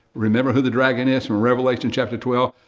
remember who the dragon is? from revelation, chapter twelve,